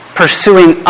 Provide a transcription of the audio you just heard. pursuing